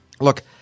Look